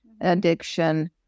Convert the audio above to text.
addiction